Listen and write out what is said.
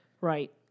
Right